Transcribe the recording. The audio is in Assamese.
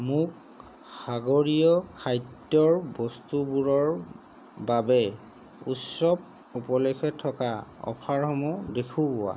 মোক সাগৰীয় খাদ্যৰ বস্তুবোৰৰ বাবে উৎসৱ উপলক্ষে থকা অফাৰসমূহ দেখুওৱা